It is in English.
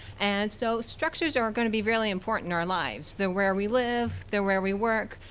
and so structures are are gonna be really important in our lives. they're where we live. they're where we work.